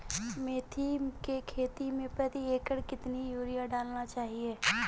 मेथी के खेती में प्रति एकड़ कितनी यूरिया डालना चाहिए?